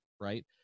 right